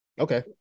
okay